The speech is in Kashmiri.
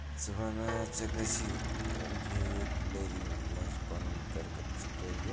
ژٕ وَن حظ ژٕ گژھی اِنجینٔرِنگ منٛز پَنُن کر کر ژٕ کٔریر